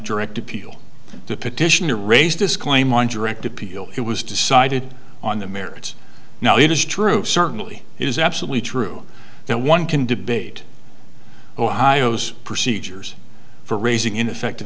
direct appeal to petition to raise this claim on direct appeal it was decided on the merits now it is true certainly it is absolutely true that one can debate ohio's procedures for raising ineffective